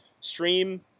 stream